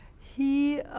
he